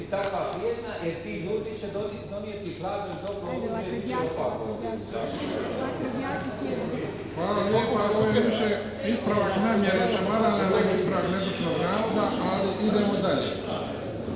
Hvala lijepa. Ovo je više ispravak namjere šamaranja nego ispravak netočnog navoda. Ali idemo dalje.